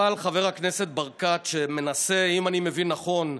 אבל חבר הכנסת ברקת, שמנסה, אם אני מבין נכון,